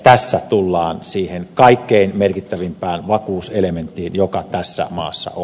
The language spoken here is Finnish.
tässä tullaan siihen kaikkein merkittävimpään vakuuselementtiin joka tässä maassa on